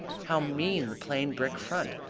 how mean the plain brick front,